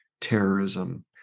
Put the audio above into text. terrorism